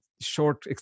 short